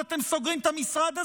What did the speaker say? אז אתם סוגרים את המשרד הזה?